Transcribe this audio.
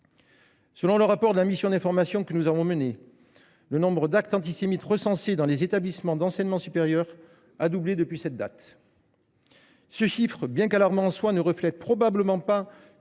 Selon le rapport de la mission d’information que nous avons conduite, le nombre d’actes antisémites recensés dans les établissements d’enseignement supérieur a doublé depuis cette date. Et le chiffre officiel, bien qu’alarmant en soi, ne représente probablement